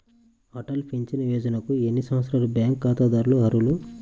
Atal pension యోజనకు ఎన్ని సంవత్సరాల బ్యాంక్ ఖాతాదారులు అర్హులు?